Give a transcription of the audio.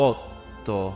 Otto